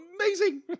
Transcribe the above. amazing